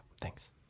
Thanks